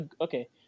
okay